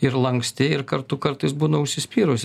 ir lanksti ir kartu kartais būna užsispyrusi